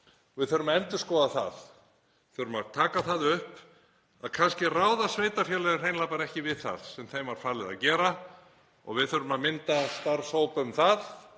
Við þurfum að endurskoða það. Við þurfum að taka það upp að kannski ráða sveitarfélögin hreinlega ekki við það sem þeim var falið að gera og við þurfum að mynda starfshóp um það